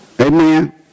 Amen